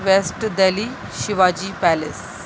waste Delhi Shiva ji palace